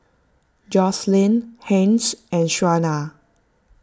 Joselin Hence and Shawnna